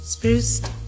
Spruced